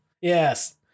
Yes